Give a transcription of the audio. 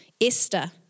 Esther